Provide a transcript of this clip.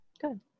Good